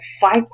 five